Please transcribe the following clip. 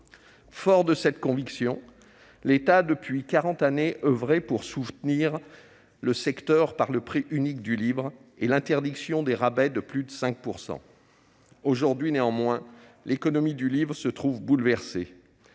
Fort de cette conviction, l'État a depuis quarante années oeuvré pour soutenir le secteur par le prix unique du livre, et l'interdiction des rabais de plus de 5 %. Néanmoins, l'économie du livre se trouve aujourd'hui